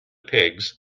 pigs